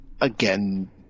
Again